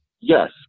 Yes